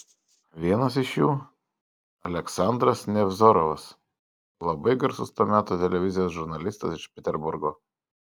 vienas iš jų aleksandras nevzorovas labai garsus to meto televizijos žurnalistas iš peterburgo